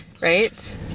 right